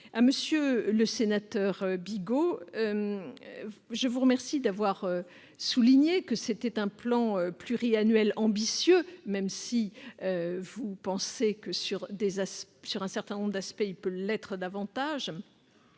Monsieur Bigot, je vous remercie d'avoir souligné que notre plan pluriannuel est ambitieux, même si vous estimez que, sur un certain nombre d'aspects, il pourrait l'être davantage.